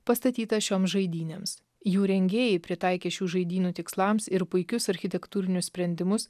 pastatytas šioms žaidynėms jų rengėjai pritaikė šių žaidynių tikslams ir puikius architektūrinius sprendimus